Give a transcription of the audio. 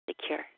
Secure